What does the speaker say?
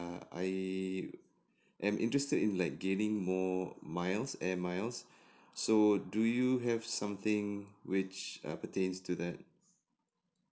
I am interested in like gaining more miles air miles so do you have something which uh pertains to that